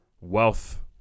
wealth